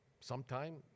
Sometime